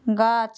গাছ